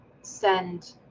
send